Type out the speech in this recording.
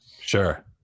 Sure